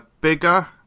bigger